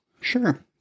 Sure